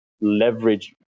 leverage